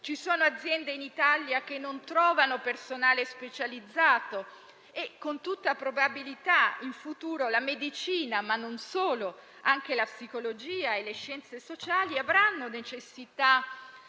Ci sono aziende in Italia che non trovano personale specializzato e, con tutta probabilità, in futuro la medicina, ma anche la psicologia e le scienze sociali, avranno necessità